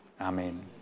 Amen